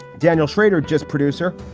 daniel schrader, just producer,